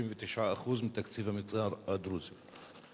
כ-39% מתקציב המגזר הדרוזי.